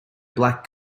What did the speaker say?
black